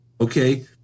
Okay